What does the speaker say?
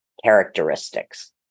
Characteristics